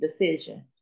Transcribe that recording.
decision